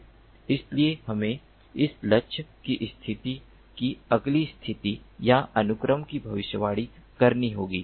इसलिए हमें इस लक्ष्य की स्थिति की अगली स्थिति या अनुक्रम की भविष्यवाणी करनी होगी